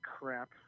crap